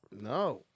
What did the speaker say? No